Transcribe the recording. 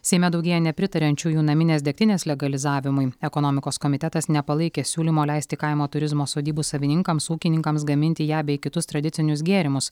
seime daugėja nepritariančiųjų naminės degtinės legalizavimui ekonomikos komitetas nepalaikė siūlymo leisti kaimo turizmo sodybų savininkams ūkininkams gaminti ją bei kitus tradicinius gėrimus